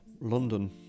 London